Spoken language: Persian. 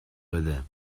بده